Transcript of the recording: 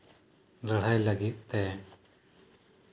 ᱞᱟᱹᱲᱦᱟᱹᱭ ᱞᱟᱹᱜᱤᱫ ᱛᱮ